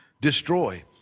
destroy